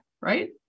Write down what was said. right